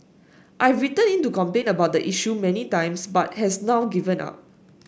I've written in to complain about the issue many times but has now given up